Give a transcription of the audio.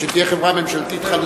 אבל שתהיה חברה ממשלתית.